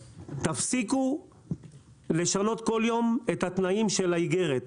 תפסיקו לשנות כל יום את התנאים של האיגרת.